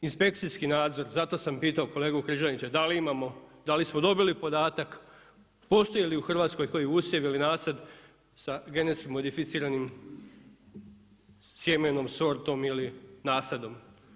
Inspekcijski nadzor, zato sam pitao kolegu Križanića da li imamo, da li smo dobili podatak, postoji li u Hrvatskoj koji usad ili nasad sa genetski modificiranim sjemenom, sortom ili nasadom.